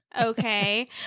okay